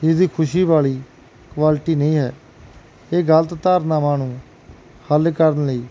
ਇਹਦੀ ਖੁਸ਼ੀ ਵਾਲੀ ਕੁਆਲਿਟੀ ਨਹੀਂ ਹੈ ਇਹ ਗਲਤ ਧਾਰਨਾਵਾਂ ਨੂੰ ਹੱਲ ਕਰਨ ਲਈ